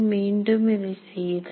மீண்டும் இதை செய்தல்